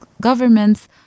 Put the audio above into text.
governments